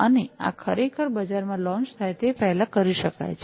અને આ ખરેખર બજારમાં લોંચ થાય તે પહેલાં કરી શકાય છે